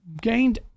gained